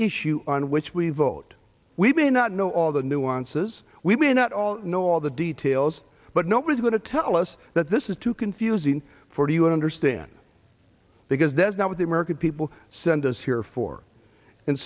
issue on which we vote we may not know all the nuances we may not all know all the details but nobody's going to tell us that this is too confusing for you understand because there's now with the american people sent us here for and